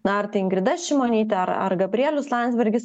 na ar tai ingrida šimonytė ar ar gabrielius landsbergis